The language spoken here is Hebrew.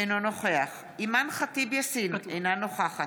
אינו נוכח אימאן ח'טיב יאסין, אינה נוכחת